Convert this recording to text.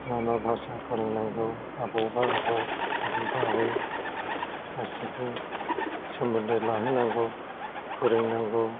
मा मा भासा फोरोंनांगौ आबौबा आबौ आबैबा आबै गासिबो सोमोन्दो लाहोनांगौ फोरोंनांगौ